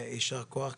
יישר כוח,